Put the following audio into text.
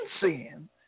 sin